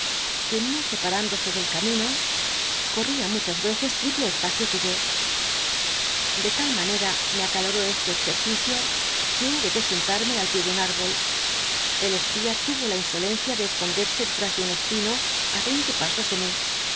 quien no separándose del camino oordby google ría mudias veces triple espacio que yo de ul manera me acaloró este exercicio que hube de sentarme al pié de un árbol el espía tuvo la insolencia de esconderse detras de nn espino á veinte pasos de mi